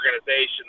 organization